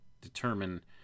determine